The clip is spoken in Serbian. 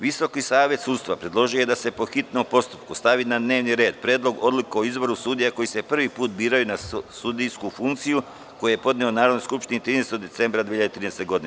Visoki savet sudstva predložio je da se po hitnom postupku stavi na dnevni red Predlog odluke o izboru sudija koji se po prvi put biraju na sudijsku funkciju, koji je podneo Narodnoj skupštini 13. decembra 2013. godine.